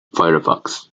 firefox